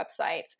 websites